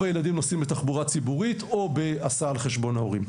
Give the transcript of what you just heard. הילדים נוסעים בתחבורה ציבורית או בהסעה על חשבון ההורים.